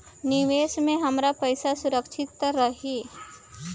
निवेश में हमार पईसा सुरक्षित त रही?